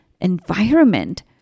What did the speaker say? environment